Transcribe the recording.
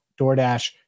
DoorDash